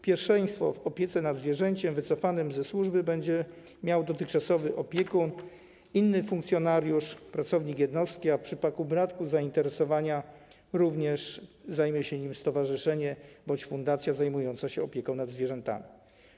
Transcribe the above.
Pierwszeństwo w opiece nad zwierzęciem wycofanym ze służby będzie miał dotychczasowy opiekun, inny funkcjonariusz, pracownik jednostki, a w przypadku braku zainteresowania zajmie się nim stowarzyszenie bądź fundacja zajmująca się opieką nad zwierzętami.